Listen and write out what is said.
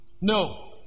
No